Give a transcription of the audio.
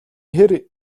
хэр